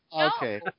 Okay